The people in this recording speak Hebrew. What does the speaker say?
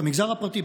את המגזר הפרטי,